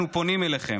אנחנו פונים אליכם: